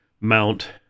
mount